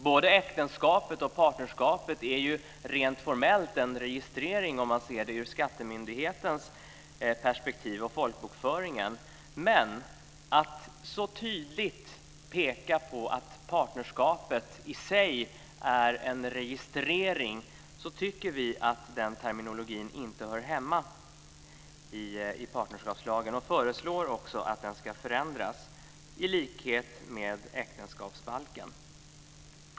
Både äktenskapet och partnerskapet är ju rent formellt en registrering, sett i skattemyndighetens perspektiv och sett till folkbokföringen. Men när det gäller att så tydligt peka på att partnerskapet i sig är en registrering tycker vi att den terminologin inte hör hemma i partnerskapslagen. Vi föreslår att den ska förändras i likhet med äktenskapsbalken.